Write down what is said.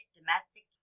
domestic